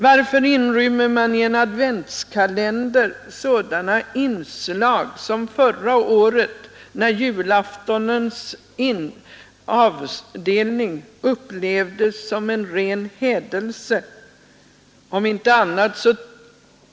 Varför inrymmer man i en adventskalender sådana inslag som i förra årets, när julaftonens avsnitt upplevdes som en ren hädelse?